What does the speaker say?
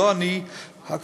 לא אני הכתובת